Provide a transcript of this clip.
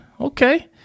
Okay